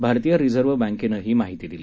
भारतीय रिझर्व्ह बँकैनं ही माहिती दिली